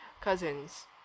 cousins